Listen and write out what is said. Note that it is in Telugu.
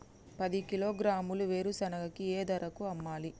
పది కిలోగ్రాముల వేరుశనగని ఏ ధరకు అమ్మాలి?